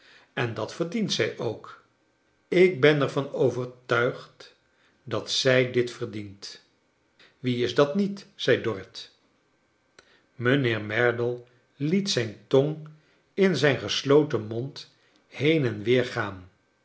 en dat verdient zij ook ik ben er van overtuigd dat zij dit verdient wie is dat niet zei dorrit mijnheer merdle liet zijn tong in zijn gesloten mond heen en weergaan